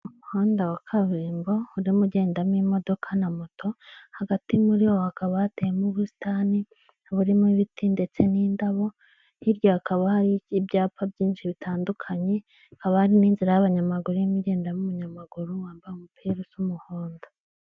Umuhanda wa kaburimbo urimo ugendamo imodoka na moto, hagati muri wo hakaba hateyemo ubusitani burimo ibiti ndetse n'indabo, hirya hakaba hari ibyapa byinshi bitandukanye, hakaba hari n'inzira y'abanyamaguru irimo igendamo umunyamaguru wambaye umupira usa umuhondo.